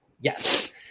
yes